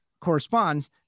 corresponds